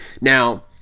Now